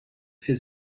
his